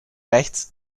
rechts